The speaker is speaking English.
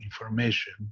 information